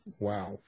wow